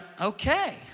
okay